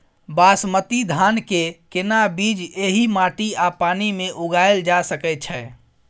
बासमती धान के केना बीज एहि माटी आ पानी मे उगायल जा सकै छै?